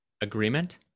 agreement